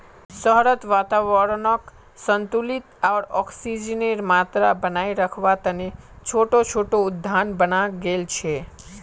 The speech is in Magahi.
शहरत वातावरनक संतुलित आर ऑक्सीजनेर मात्रा बनेए रखवा तने छोटो छोटो उद्यान बनाल गेल छे